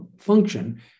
function